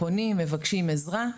פונים ומבקשים עזרה.